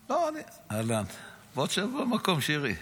לא, אהלן, בוא, שב במקום, שירי.